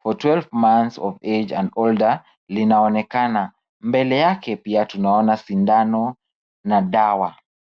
for 12 months of age and older linaonekana. Mbele yake pia tunaona sindano na dawa.